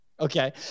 Okay